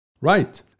Right